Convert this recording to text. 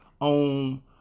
on